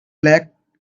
lack